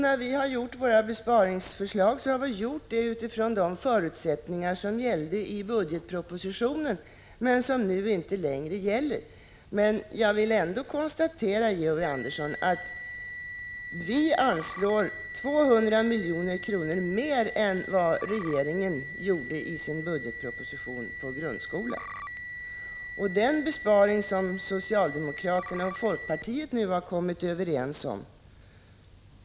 När vi har utformat våra besparingsförslag har vi gjort det utifrån de förutsättningar som gällde i bugetpropositionen men som nu inte längre gäller. Jag vill ändå konstatera, Georg Andersson, att vi anslår 200 milj.kr. mer till grundskolan än vad regeringen gjorde i sin budgetproposition. Och hur kommer kommunerna att finansiera den besparing som socialdemokraterna och folkpartiet nu'har kommit överens om?